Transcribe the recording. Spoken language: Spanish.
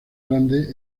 grande